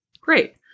great